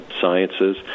Sciences